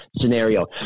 scenario